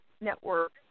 network